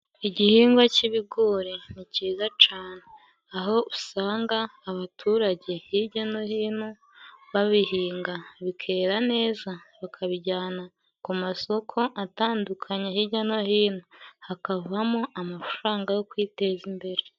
Igihingwa cy'ibigori ni cyiza cane, aho usanga abaturage hirya no hino babihinga bikera neza, bakabijyana ku masoko atandukanye hirya no hino, hakavamo amafaranga yo kwiteza imbere.